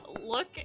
look